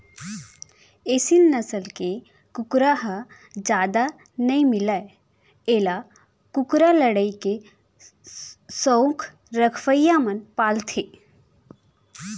एसील नसल के कुकरा ह जादा नइ मिलय एला कुकरा लड़ई के सउख रखवइया मन पालथें